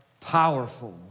powerful